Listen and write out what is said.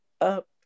up